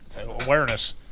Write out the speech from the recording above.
Awareness